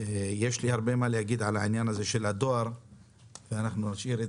יש לי הרבה מה לומר על העניין הזה של הדואר אבל נשאיר את